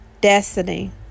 destiny